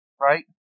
right